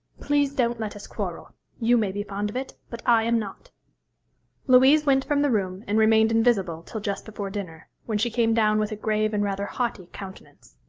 please don't let us quarrel. you may be fond of it, but i am not louise went from the room and remained invisible till just before dinner, when she came down with a grave and rather haughty countenance.